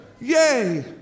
yay